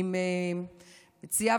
אני מציעה,